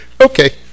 okay